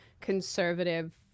conservative